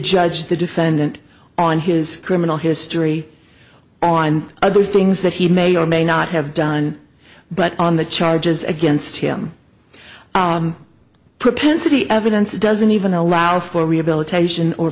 judge the defendant on his criminal history on other things that he may or may not have done but on the charges against him propensity evidence doesn't even allow for rehabilitation or